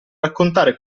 raccontare